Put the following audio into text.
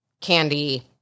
candy